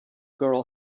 girl